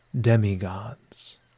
demigods